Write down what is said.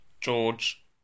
George